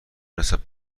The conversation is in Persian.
نسبت